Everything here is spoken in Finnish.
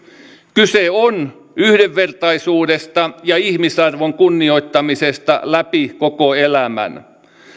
kyse on yhdenvertaisuudesta ja ihmisarvon kunnioittamisesta läpi koko elämän